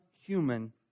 human